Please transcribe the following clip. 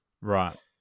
Right